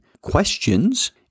questions